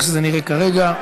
איך שזה נראה כרגע.